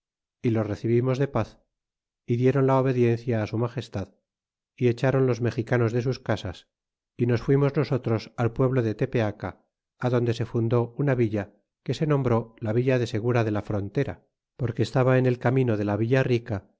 y los recibimos de paz y dieron la obediencia su magestad y echaron los mexicanos de sus casas y nos fuimos nosotros al pueblo de tepeaca adonde se fundó una villa que se nombró la villa de segura de la frontera porque estaba en el camino de la villa